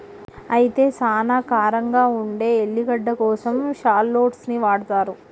అయితే సానా కారంగా ఉండే ఎల్లిగడ్డ కోసం షాల్లోట్స్ ని వాడతారు